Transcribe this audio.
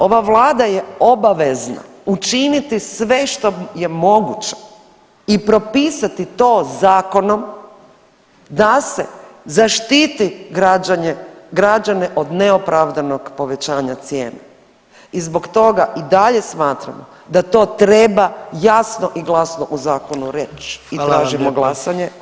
Ova Vlada je obavezna učiniti sve što je moguće i propisati to zakonom da se zaštiti građane od neopravdanog povećanja cijena i zbog toga i dalje smatram da to treba jasno i glasno u zakonu reći [[Upadica: Hvala vam lijepo.]] I tražimo glasanje.